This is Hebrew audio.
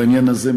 בעניין הזה,